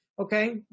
okay